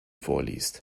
vorliest